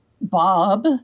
Bob